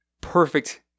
perfect